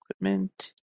equipment